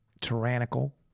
tyrannical